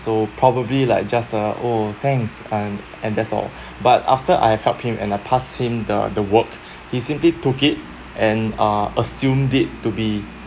so probably like just a oh thanks and and that's all but after I have helped him and I passed him the the work he simply took it and uh assumed it to be